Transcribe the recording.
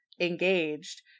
engaged